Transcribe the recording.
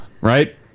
Right